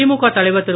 திமுக தலைவர் திரு